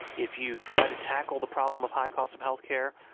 if you try to tackle the problem of high cost of healthcare,